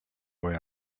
boy